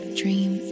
dream